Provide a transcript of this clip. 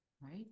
right